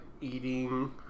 eating